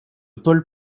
paul